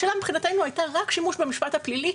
השאלה מבחינתנו הייתה רק השימוש במשפט הפלילי,